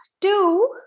two